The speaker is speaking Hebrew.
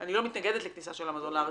אני לא מתנגדת לכניסה של אמזון לארץ,